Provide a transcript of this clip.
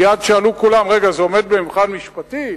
מייד שאלו כולם: רגע, זה עומד במבחן משפטי?